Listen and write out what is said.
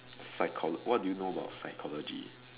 psycho what do you know about psychology